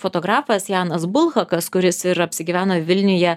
fotografas janas bulhakas kuris ir apsigyveno vilniuje